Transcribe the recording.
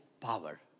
Power